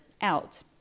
out